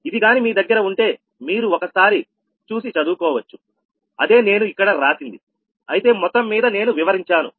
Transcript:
ఇది గాని మీ దగ్గర ఉంటే మీరు ఒకసారి చదువుకోవచ్చు అదే నేను ఇక్కడ రాసింది అయితే మొత్తం మీకు నేను వివరించాను